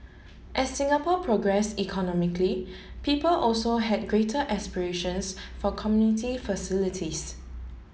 as Singapore progress economically people also had greater aspirations for community facilities